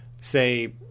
say –